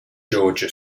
georgia